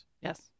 Yes